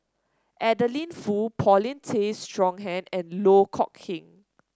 Adeline Foo Paulin Tay Straughan and Loh Kok Heng